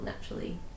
naturally